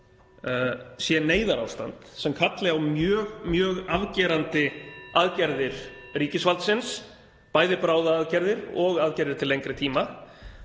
sé neyðarástand sem kalli á mjög afgerandi aðgerðir ríkisvaldsins, bæði bráðaaðgerðir og aðgerðir til lengri tíma?